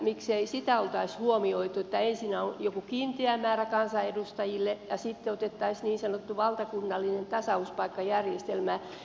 miksei sitä oltaisi huomioitu että ensinnä on joku kiinteä määrä kansanedustajille ja sitten otettaisiin niin sanottu valtakunnallinen tasauspaikkajärjestelmä